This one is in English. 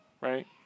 right